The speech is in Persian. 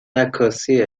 عکاسی